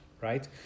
Right